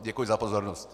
Děkuji za pozornost.